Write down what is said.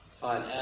Fine